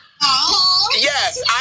yes